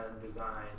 design